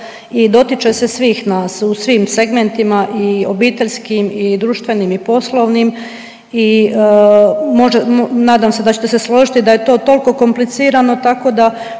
i dotiče se svih nas u svim segmentima i obiteljskim i društvenim i poslovnim i nadam se da ćete se složiti da je to tolko komplicirano tako da